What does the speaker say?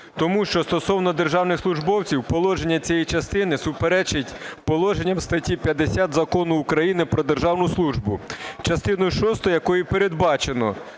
Тому що стосовно державних службовців положення цієї частини суперечить положенням статті 50 Закону України "Про державну службу". Частиною шостою, якою передбачено,